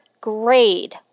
grade